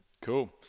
Cool